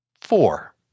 Four